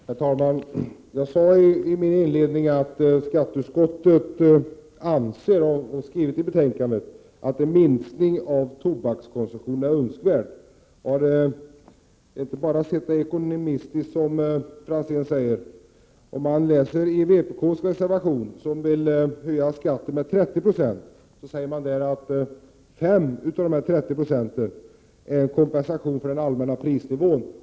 Herr talman! Jag sade i mitt inledningsanförande att skatteutskottet anser att en minskning av tobakskonsumtionen är önskvärd. Man har inte bara sett det hela ekonomiskt, som Tommy Franzén sade. Läser man vpk:s reservation, där det föreslås en höjning av skatten med 30 96, ser man att 5 96 av de 30 90 är kompensation med hänsyn till den allmänna prisnivån.